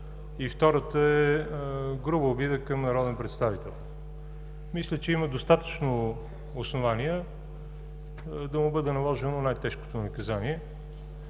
и втората е груба обида към народен представител. Мисля, че има достатъчно основание да му бъде наложено най-тежкото наказание.